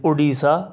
Orissa